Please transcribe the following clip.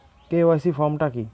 KYC form টা কি?